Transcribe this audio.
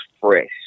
fresh